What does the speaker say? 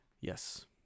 Yes